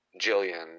Jillian